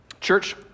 Church